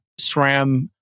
SRAM